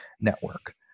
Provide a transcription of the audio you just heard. network